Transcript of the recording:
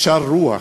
שאר רוח,